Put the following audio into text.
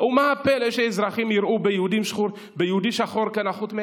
ומה הפלא שאזרחים רואים יהודי שחור כנחות מהם.